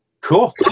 cool